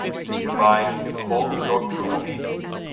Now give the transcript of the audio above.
but if you minde to hold your true obedience,